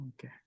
Okay